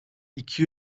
iki